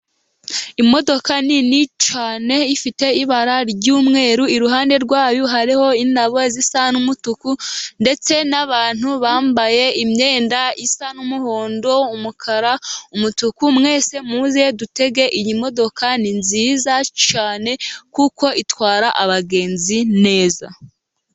Imodoka nini cyane ifite ibara ry'umweru, iruhande rwa yo hariho indabo zisa n'umutuku ndetse n'abantu bambaye imyenda isa n'umuhondo, umukara, umutuku, mwese muze dutege iyi modoka ni nziza cyane, kuko itwara abagenzi neza.